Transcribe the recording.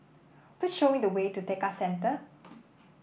please show me the way to Tekka Centre